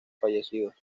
fallecidos